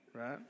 right